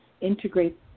integrate